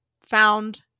found